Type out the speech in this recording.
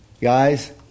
Guys